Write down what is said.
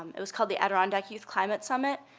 um it was called the adirondack youth climate summit.